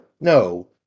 No